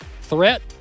threat